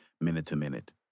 minute-to-minute